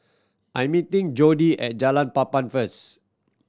I'm meeting Jordy at Jalan Papan first